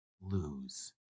lose